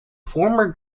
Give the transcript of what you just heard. former